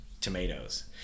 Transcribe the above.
tomatoes